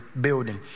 building